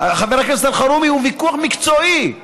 חבר הכנסת אלחרומי, הוא ויכוח מקצועי,